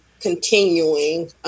continuing